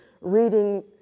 reading